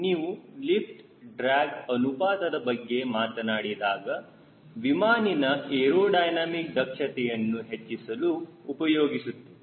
ನೀವು lift drag ಅನುಪಾತದ ಬಗ್ಗೆ ಮಾತನಾಡಿದಾಗ ವಿಮಾನಿನ ಏರೋಡೈನಮಿಕ್ ದಕ್ಷತೆಯನ್ನು ಹೆಚ್ಚಿಸಲು ಉಪಯೋಗಿಸುತ್ತೇವೆ